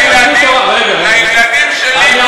אבל מה ללמוד?